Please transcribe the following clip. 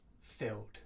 filled